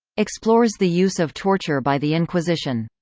explores the use of torture by the inquisition.